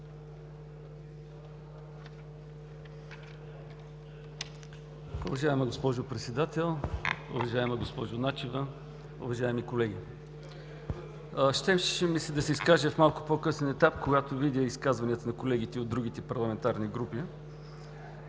Уважаема госпожо Председател, уважаема госпожо Начева, уважаеми колеги! Щеше ми се да се изкажа на малко по-късен етап, когато видя изказванията на колегите от другите парламентарни групи,